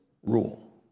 rule